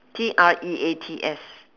T R E A T S